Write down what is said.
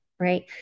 right